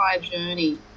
journey